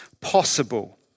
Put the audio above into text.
possible